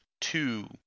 two